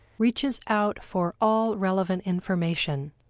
reaches out for all relevant information,